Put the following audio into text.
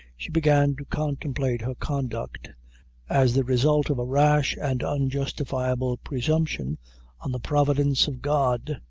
she began to contemplate her conduct as the result of a rash and unjustifiable presumption on the providence of god,